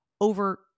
over